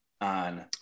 on